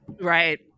right